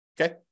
Okay